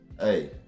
Hey